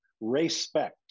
Respect